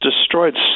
destroyed